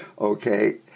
Okay